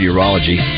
Urology